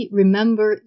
remember